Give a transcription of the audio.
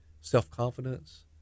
self-confidence